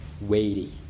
weighty